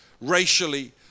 racially